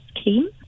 scheme